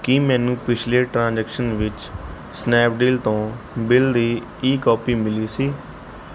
ਕੀ ਮੈਨੂੰ ਪਿਛਲੇ ਟ੍ਰਾਂਜੈਕਸ਼ਨ ਵਿੱਚ ਸਨੈਪਡੀਲ ਤੋਂ ਬਿੱਲ ਦੀ ਈ ਕੋਪੀ ਮਿਲੀ ਸੀ